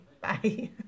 bye